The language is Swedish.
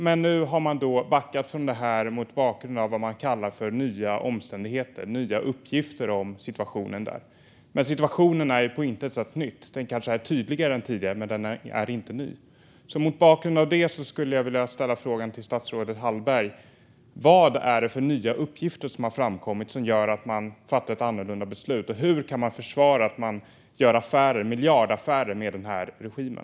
Men nu har man backat från det här mot bakgrund av vad man kallar nya omständigheter, nya uppgifter om situationen. Men situationen är på intet sätt ny. Den är kanske tydligare än tidigare, men den är inte ny. Mot bakgrund av det vill jag fråga statsrådet Hallberg vilka nya uppgifter det är som har framkommit och som gör att man fattar ett annorlunda beslut. Hur kan man försvara att man gör miljardaffärer med den här regimen?